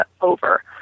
over